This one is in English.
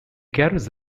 carries